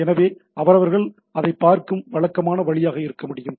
எனவே அவர்கள் அதைப் பார்க்கும் வழக்கமான வழியாக இருக்க முடியும்